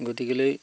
গতিকেলৈ